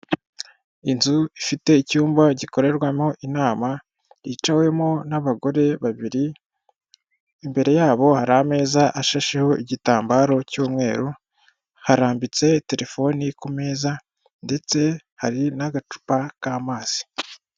Inzu ifite icyumba gikorerwamo inama, yicawemo n'abagore babiri, imbere yabo hari ameza ashasheho igitambaro cy'umweru, harambitse telefoni ku meza, ndetse hari n'agacupa k'amazi.